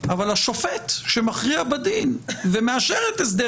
אבל השופט שמכריע בדין ומאשר את הסדר